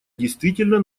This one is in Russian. действительно